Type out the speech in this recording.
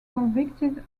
convicted